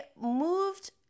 moved